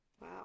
Wow